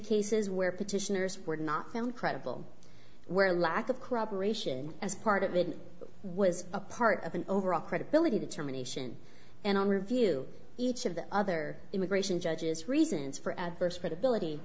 cases where petitioners were not found credible where lack of corroboration as part of it was a part of an overall credibility determination and on review each of the other immigration judges reasons for adverse credibility